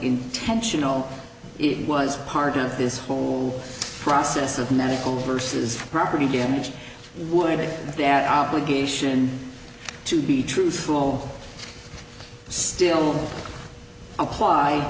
intentional it was part of this fool process of medical versus property damage would yeah obligation to be truthful still apply